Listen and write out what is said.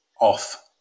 off